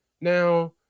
Now